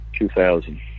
2000